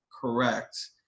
correct